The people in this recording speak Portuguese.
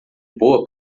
boa